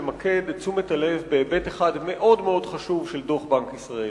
למקד את תשומת הלב בהיבט אחד חשוב של דוח בנק ישראל.